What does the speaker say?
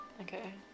Okay